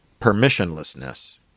Permissionlessness